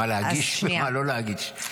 מה להגיש ומה לא להגיש.